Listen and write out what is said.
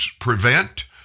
prevent